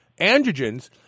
androgens